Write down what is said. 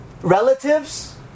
relatives